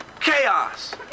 chaos